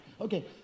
Okay